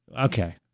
okay